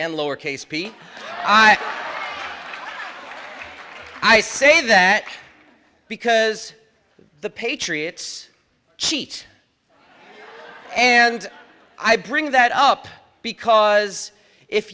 and lower case p i am i say that because the patriots cheat and i bring that up because if